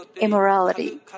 immorality